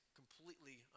completely